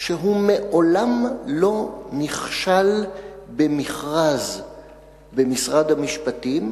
שהוא מעולם לא נכשל במכרז במשרד המשפטים,